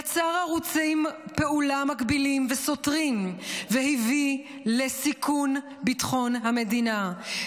יצר ערוצי פעולה מקבילים וסותרים והביא לסיכון ביטחון המדינה,